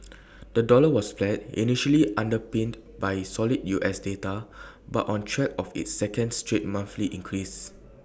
the dollar was flat initially underpinned by solid U S data but on track of its second straight monthly increase